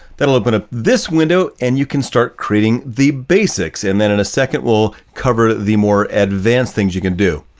that'll open up this window and you can start creating the basics. and then in a second, we'll cover the more advanced things you can do.